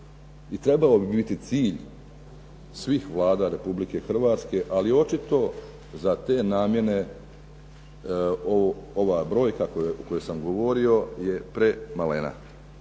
trebao bi biti cilj svih vlada Republike Hrvatske, ali očito za te namjene ova brojka o kojoj sam govorio je premalena.